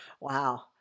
Wow